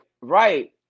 right